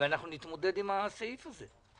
ואנחנו נתמודד עם הסעיף הזה.